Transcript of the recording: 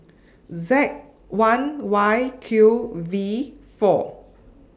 Z one Y Q V four